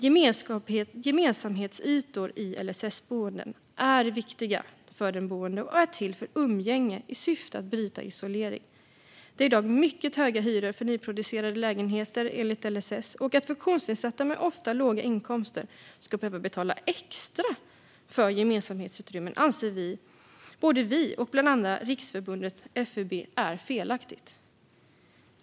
Gemensamhetsytor i LSS-boenden är viktiga för de boende och är till för umgänge i syfte att bryta isolering. Det är i dag mycket höga hyror för nyproducerade lägenheter enligt LSS. Att funktionsnedsatta med ofta låga inkomster ska behöva betala extra för gemensamhetsutrymmen anser både vi och bland andra Riksförbundet FUB är felaktigt.